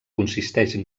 consisteix